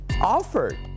offered